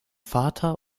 vater